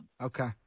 Okay